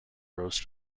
rose